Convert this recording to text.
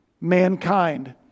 mankind